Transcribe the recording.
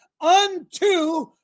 unto